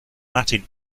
latin